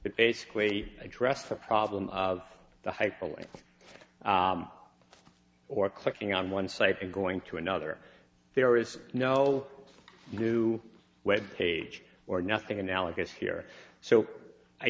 basically address the problem of the hyperlink or clicking on one site and going to another there is no new web page or nothing analogous here so i